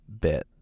bit